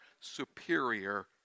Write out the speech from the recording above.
superior